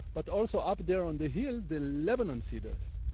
but also up there on the hill the lebanon cedars,